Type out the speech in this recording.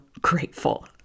grateful